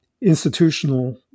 institutional